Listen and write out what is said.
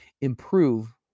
improve